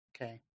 Okay